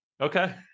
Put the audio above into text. Okay